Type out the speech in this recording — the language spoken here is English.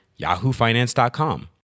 yahoofinance.com